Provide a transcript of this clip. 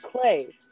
clay